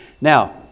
Now